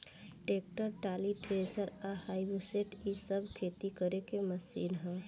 tractor, trolley, thresher आ harvester इ सब खेती करे के मशीन ह